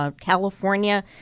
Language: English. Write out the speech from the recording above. California